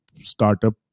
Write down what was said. startup